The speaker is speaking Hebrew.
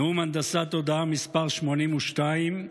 נאום הנדסת תודעה מס' 82,